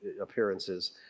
appearances